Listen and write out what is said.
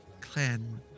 clan